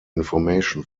information